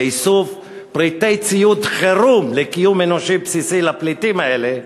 לאיסוף פריטי ציוד חירום לקיום אנושי בסיסי לפליטים האלה,